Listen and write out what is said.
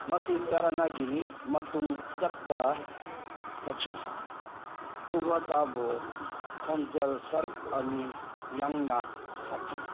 ꯃꯁꯤ ꯆꯔꯥꯅꯥꯒꯤ ꯃꯇꯨꯡ ꯈꯨꯗꯛꯇ ꯁꯛꯀꯤ ꯇꯧꯕꯇꯕꯨ ꯈꯣꯡꯖꯦꯜ ꯁꯔꯨꯛ ꯑꯅꯤ ꯌꯥꯡꯅ ꯁꯛꯈꯤ